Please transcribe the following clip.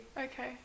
Okay